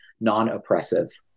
non-oppressive